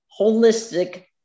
holistic